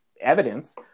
evidence